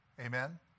Amen